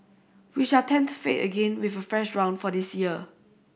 we shall tempt fate again with a fresh round for this year